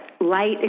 light